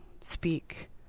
speak